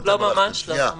ממש לא.